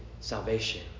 salvation